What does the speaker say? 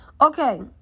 okay